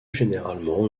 généralement